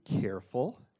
careful